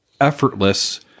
effortless